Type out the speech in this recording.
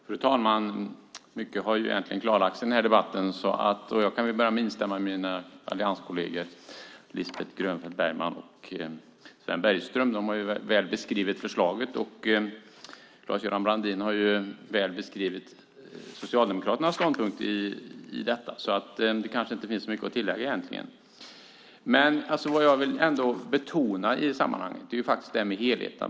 Fru talman! Mycket har redan klarlagts i debatten. Jag instämmer med mina allianskolleger Lisbeth Grönfeldt Bergman och Sven Bergström som beskrivit förslaget väl. Claes-Göran Brandin har dessutom beskrivit Socialdemokraternas ståndpunkt. Därför finns det kanske inte så mycket att tillägga. Jag vill ändå betona helheten.